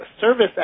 service